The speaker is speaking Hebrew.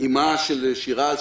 אמה של שירז,